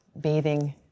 bathing